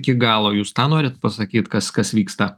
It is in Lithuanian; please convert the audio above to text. iki galo jūs tą norit pasakyt kas kas vyksta